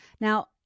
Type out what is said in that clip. now